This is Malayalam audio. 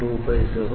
000 G4 00